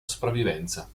sopravvivenza